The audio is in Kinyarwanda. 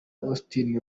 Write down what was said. augustin